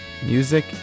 Music